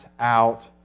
out